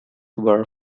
where